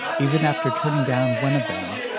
even after turning down one of them.